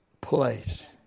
place